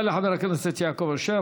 תודה לחבר הכנסת יעקב אשר.